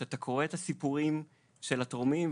כשאתה קורא את הסיפורים של התורמים,